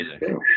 amazing